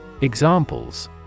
EXAMPLES